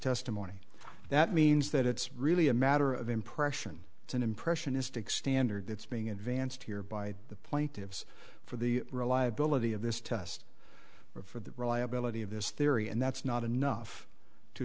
testimony that means that it's really a matter of impression it's an impressionistic standard that's being advanced here by the plaintiffs for the reliability of this test for the reliability of this theory and that's not enough to